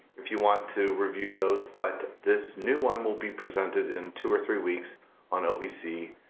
if you want to review those, but this new one will be presented in two or three weeks on ovc,